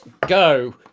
go